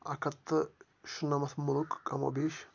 اَکھ ہَتھ تہٕ شُنَمَتھ مُلُک کموبیش